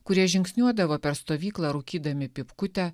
kurie žingsniuodavo per stovyklą rūkydami pypkutę